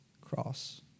cross